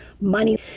money